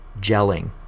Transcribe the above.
gelling